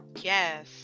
Yes